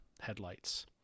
headlights